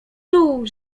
czuł